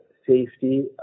safety